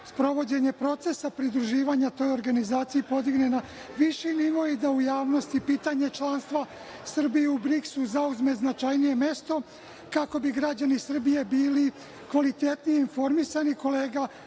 sprovođenje procesa pridruživanja toj organizaciji, podigne na viši nivo i da u javnosti pitanje članstva Srbije u BRIKS-u zauzme značajnije mesto, kako bi građani Srbije bili kvalitetnije informisani, kolega